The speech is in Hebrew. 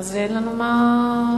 אז אין לנו מה לרוץ.